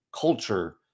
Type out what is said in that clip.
culture